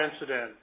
incident